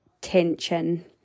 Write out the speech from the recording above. tension